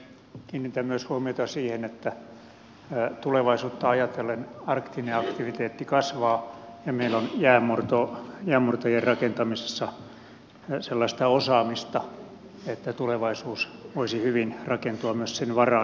kiinnitän myös huomiota siihen että tulevaisuutta ajatellen arktinen aktiviteetti kasvaa ja meillä on jäänmurtajien rakentamisessa sellaista osaamista että tulevaisuus voisi hyvin rakentua myös sen varaan